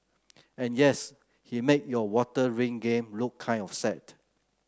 and yes he made your water ring game look kind of sad